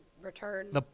return